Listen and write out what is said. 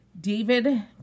David